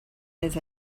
his